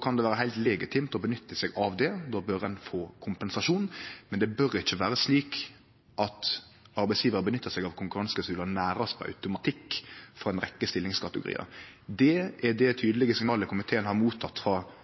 kan det vere heilt legitimt å nytte seg av det, og då bør ein få kompensasjon. Men det bør ikkje vere slik at arbeidsgjevar nyttar seg av konkurranseklausular nærast på automatikk for ei rekkje stillingskategoriar. Det er det tydelege signalet komiteen har teke mot når det gjeld dette, frå